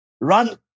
Run